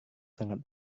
sangat